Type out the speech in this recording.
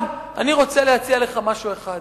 אבל אני רוצה להציג לך דבר אחד.